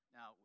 Now